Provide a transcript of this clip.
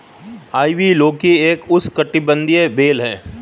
ivy लौकी एक उष्णकटिबंधीय बेल है